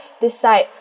decide